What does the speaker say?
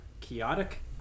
chaotic